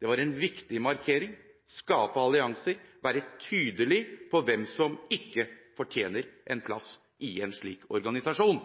Det var en viktig markering – det å skape allianser og være tydelig på hvem som ikke fortjener en plass i en slik organisasjon.